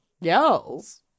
Yes